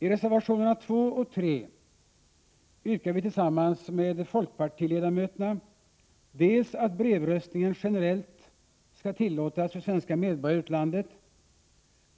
I reservationerna 2 och 3 yrkar vi tillsammans med folkpartiledamöterna dels att brevröstningen generellt skall tillåtas för svenska medborgare i utlandet,